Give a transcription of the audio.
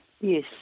Yes